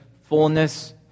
fullness